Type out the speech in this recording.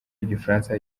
igifaransa